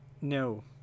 No